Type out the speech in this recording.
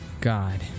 God